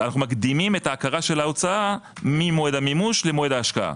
אנו מקדימים את ההכרה של ההוצאה ממועד המימוש למועד ההשקעה.